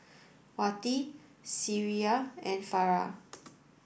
Wati Syirah and Farah